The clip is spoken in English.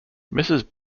mrs